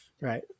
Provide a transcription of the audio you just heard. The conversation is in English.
Right